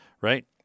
right